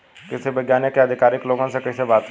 कृषि वैज्ञानिक या अधिकारी लोगन से कैसे बात होई?